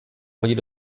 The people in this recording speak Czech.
chodit